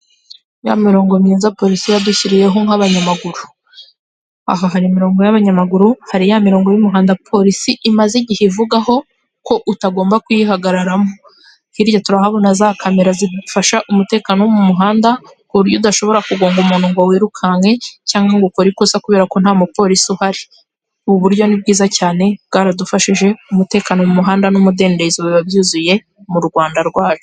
Ya mirongo myiza polisi yadushyiriyeho nk'abanyamaguru, aha hari imirongo y'abanyamaguru hari ya mirongo y'umuhondo polisi imaze igihe ivugaho ko utagomba kuyihagararamo, hirya turahabona za kamera zidufasha umutekano wo mu muhanda ku buryo udashobora kugonga umuntu ngo wirukanke cyangwa ngo ukora ikosa kubera ko nta mu polisi uhari. Ubu buryo ni bwiza cyane bwaradufashije umutekano mu muhanda n'umudendezo biba byuzuye mu Rwanda rwacu.